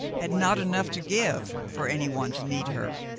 had not enough to give for any one to need her.